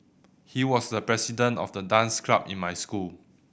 he was the president of the dance club in my school